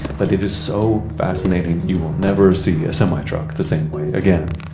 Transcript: but it is so fascinating you will never see a semi-truck the same way again.